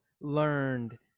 learned